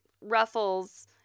ruffles